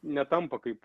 netampa kaip